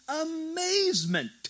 amazement